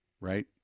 Right